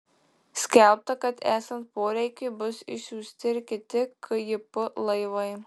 skelbta kad esant poreikiui bus išsiųsti ir kiti kjp laivai